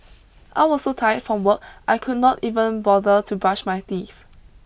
I was so tired from work I could not even bother to brush my teeth